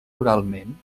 oralment